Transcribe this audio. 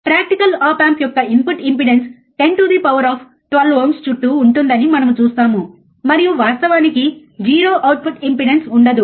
practical op amp యొక్క input impedance 10 to the power of 12 ohms చుట్టూ ఉంటుందని మనం చూస్తాము మరియు వాస్తవానికి 0 అవుట్పుట్ ఇంపెడెన్స్ ఉండదు